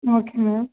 okay ma'am